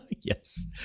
Yes